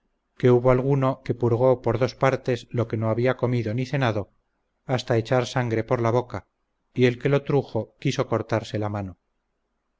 que hubo alguno que purgó por dos partes lo que no había comido ni cenado hasta echar sangre por la boca y el que lo trujo quiso cortarse la mano